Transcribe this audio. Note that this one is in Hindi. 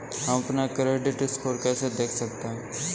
हम अपना क्रेडिट स्कोर कैसे देख सकते हैं?